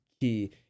key